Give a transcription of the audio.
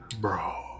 Bro